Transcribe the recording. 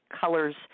colors